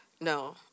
No